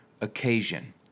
occasion